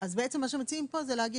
מציעים פה לומר